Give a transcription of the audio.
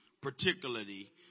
particularly